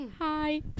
Hi